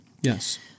Yes